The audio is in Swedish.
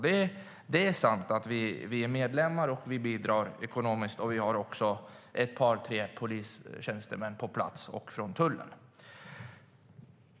Det är sant att vi är medlemmar och bidrar ekonomiskt. Vi har också ett par tre polistjänstemän på plats samt från tullen.